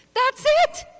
that's it.